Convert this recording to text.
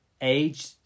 age